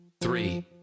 three